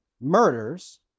murders